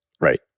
Right